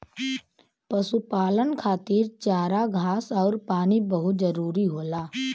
पशुपालन खातिर चारा घास आउर पानी बहुत जरूरी होला